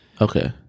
Okay